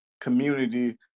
community